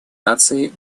наций